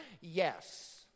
Yes